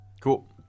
Cool